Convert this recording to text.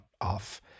off